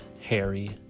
Harry